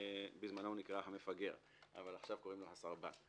היום קוראים לזה "סרבן".